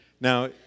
Now